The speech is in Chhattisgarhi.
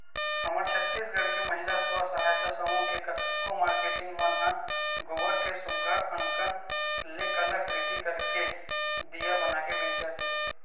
हमर छत्तीसगढ़ के महिला स्व सहयता समूह के कतको मारकेटिंग मन ह गोबर के सुग्घर अंकन ले कलाकृति करके दिया बनाके बेंचत हे